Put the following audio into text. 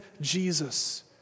Jesus